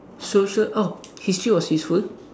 social oh history was useful